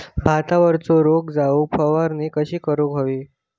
भातावरचो रोग जाऊक फवारणी कशी करूक हवी?